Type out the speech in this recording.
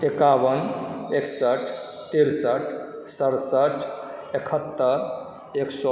एकाबन एकसठि तिरसठि सतसठि एकहत्तरि एक सए